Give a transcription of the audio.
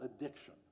addiction